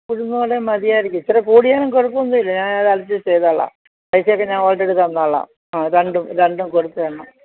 ഉഴുന്നുവടയും മതിയായിരിക്കും ഇച്ചിര കൂടിയാലും കുഴപ്പമൊന്നുമില്ല ഞാൻ അത് അഡ്ജസ്റ്റ് ചെയ്താളാം പൈസയൊക്കെ ഞാൻ ഓൾറെഡി തന്നോളാം ആ രണ്ടും രണ്ടും കൂടെ തരണം